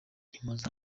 dimpoz